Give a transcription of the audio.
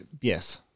Yes